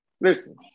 Listen